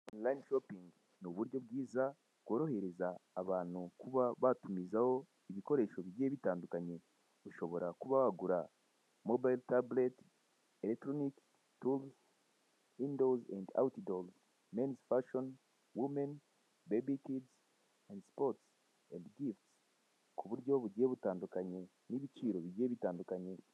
Online shopingi ni uburyo bwiza bworohereza abantu kuba batumizaho ibikoreshwa bigiye bigiye bitandukanye ushobora kuba wagura mobile tabureti , elegitoronike turuzi, windowuzi endi awuti dohizi, menizi fashoni, wumeni, bebi kepusi endi sipotsi kuburyo bigiye butandukanye n'ibiciro bigiye bitandukanye.